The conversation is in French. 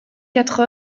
quatre